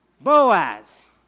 Boaz